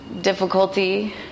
difficulty